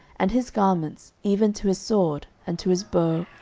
and his garments, even to his sword, and to his bow,